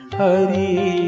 hari